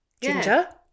Ginger